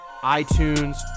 iTunes